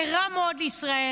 זה רע מאוד לישראל.